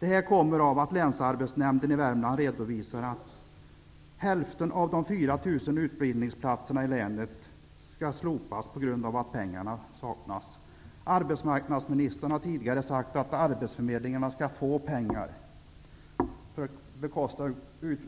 Detta kommer sig av att länsarbetsnämnden i utbildningsplatserna i länet skall slopas på grund av att pengarna saknas. Arbetsmarknadsministern har tidigare sagt att arbetsförmedlingarna skall få pengar för att bekosta